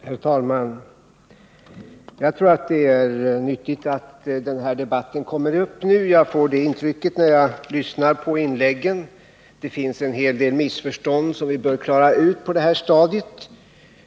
Herr talman! Jag tror att det är nyttigt att den här debatten kommer upp nu. Jag får det intrycket när jag lyssnar på inläggen. Det finns en hel del missförstånd som vi bör klara ut på det här stadiet.